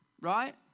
right